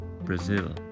brazil